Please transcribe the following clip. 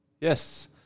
yes